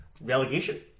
relegation